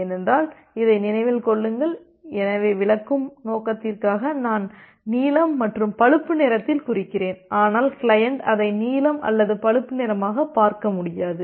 ஏனென்றால் இதை நினைவில் கொள்ளுங்கள் எனவே விளக்கும் நோக்கத்திற்காக நான் நீலம் மற்றும் பழுப்பு நிறத்தில் குறிக்கிறேன் ஆனால் கிளையன்ட் அதை நீலம் அல்லது பழுப்பு நிறமாக பார்க்க முடியாது